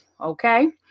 okay